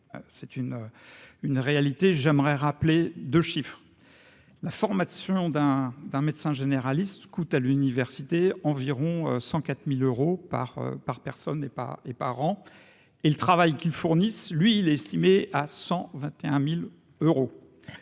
une une réalité j'aimerais rappeler 2 chiffres : la formation d'un d'un médecin généraliste coûte à l'université, environ 104000 euros par par personne n'est pas et par an et le travail qu'ils fournissent, lui il est estimé à 121000 euros,